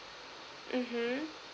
mmhmm